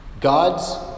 God's